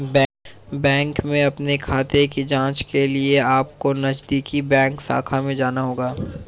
bank में अपने खाते की जांच के लिए अपको नजदीकी बैंक शाखा में जाना होगा